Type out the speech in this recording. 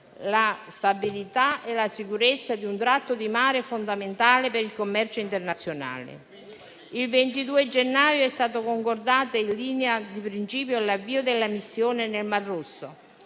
la stabilità e la sicurezza di un tratto di mare fondamentale per il commercio internazionale. Il 22 gennaio è stato concordato in linea di principio l'avvio della missione nel Mar Rosso